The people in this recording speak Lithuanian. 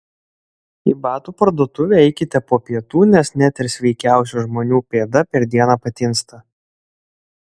į batų parduotuvę eikite po pietų nes net ir sveikiausių žmonių pėda per dieną patinsta